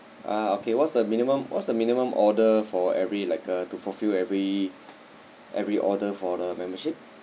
uh okay what's the minimum what's the minimum order for every like uh to fulfil every every order for the membership